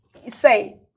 Say